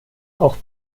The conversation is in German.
auch